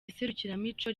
iserukiramuco